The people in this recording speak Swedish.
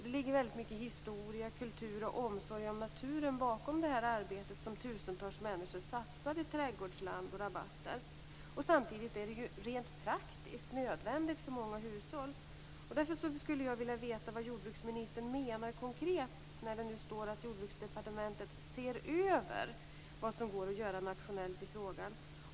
Det ligger väldigt mycket av historia, kultur och omsorg om naturen bakom det arbete som tusentals människor satsar i trädgårdsland och rabatter, samtidigt som detta rent praktiskt är nödvändigt för många hushåll. Jag skulle därför vilja veta vad jordbruksministern konkret menar med att Jordbruksdepartementet "ser över" vad som går att göra nationellt i frågan.